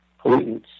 pollutants